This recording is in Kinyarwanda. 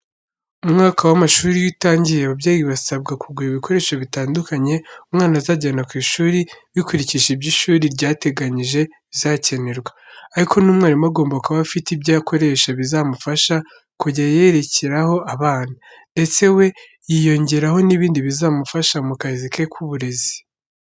Umwaka w'amashuri iyo utangiye, ababyeyi basabwa kugura ibikoresho bitandukanye, umwana azajyana ku ishuri bikurikije ibyo ishuri ryateganije bizakenerwa. Ariko n'umwarimu agomba kuba afite ibyo akoresha bizamufasha kujya yerekeraho abana. Ndetse we hiyongeraho n'ibindi bizamufasha mu kazi ke k'uburezi.